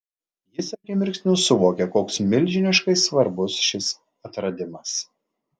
jis akimirksniu suvokė koks milžiniškai svarbus šis atradimas